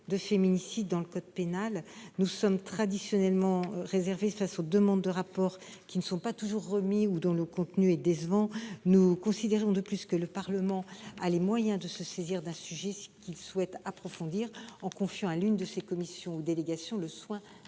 de féminicide dans le code pénal. Nous sommes traditionnellement réservés face aux demandes de rapports, qui ne sont pas toujours remis ou dont le contenu est décevant. Nous considérons de plus que le Parlement a les moyens de se saisir d'un sujet qu'il souhaite approfondir, en confiant à l'une de ses commissions ou délégations le soin